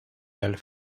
del